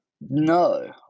No